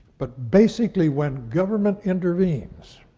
but basically, when government intervenes